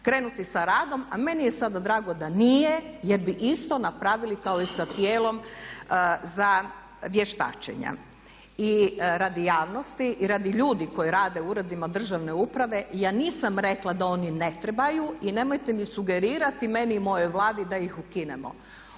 krenuti sa radom. A meni je sada drago da nije jer bi isto napravili kao i sa tijelom za vještačenja. I radi javnosti i radi ljudi koji rade u uredima državne uprave ja nisam rekla da oni ne trebaju i nemojte mi sugerirati meni i mojoj Vladi da ih ukinemo.